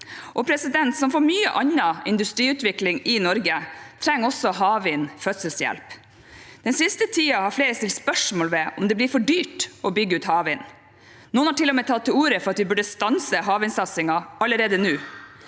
arbeidsplasser. Som mye annen industriutvikling i Norge trenger også havvind fødselshjelp. Den siste tiden har flere stilt spørsmål om hvorvidt det blir for dyrt å bygge ut havvind. Noen har til og med tatt til orde for at vi burde stanse havvindsatsingen allerede nå.